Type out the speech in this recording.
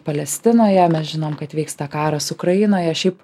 palestinoje mes žinom kad vyksta karas ukrainoje šiaip